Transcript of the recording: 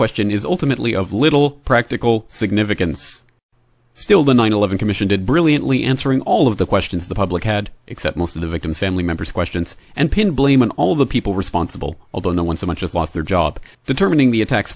question is ultimately of little practical significance still the nine eleven commission did brilliantly answering all of the questions the public had except most of the victims family members questions and pin blame on all of the people responsible although no one so much as lost their job the term in the attacks